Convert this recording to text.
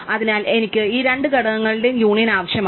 അതിനാൽ എനിക്ക് ഈ രണ്ട് ഘടകങ്ങളുടെയും യൂണിയൻ ആവശ്യമാണ്